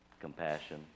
compassion